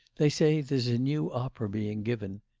they say there's a new opera being given.